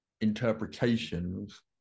interpretations